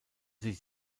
die